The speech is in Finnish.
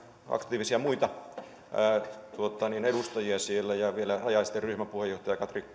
aktiivisia muita edustajia siellä ja vielä rajaesteryhmän puheenjohtajaa katri